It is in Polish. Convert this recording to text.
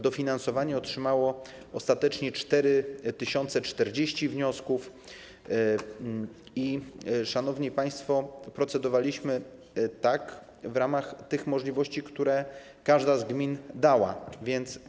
Dofinansowanie otrzymało ostatecznie 4040 wniosków i, szanowni państwo, procedowaliśmy w ramach tych możliwości, które każda gmina stworzyła.